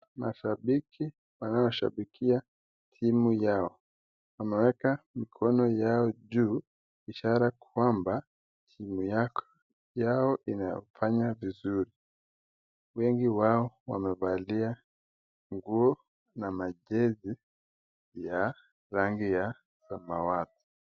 Mashabiki wanodhabikia timu yao wameweka mikono yao juu ishara kwamba timu ya inafanya vizuri, wengi wao wamefalia nguo na majesi ya rangi ya samawadi.